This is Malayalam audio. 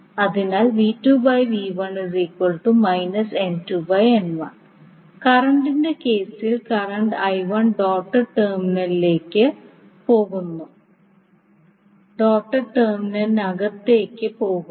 അതിനാൽ കറന്റിന്റെ കേസിൽ കറന്റ് I1 ഡോട്ട്ഡ് ടെർമിനലിനകത്തേക്ക് പോകുന്നു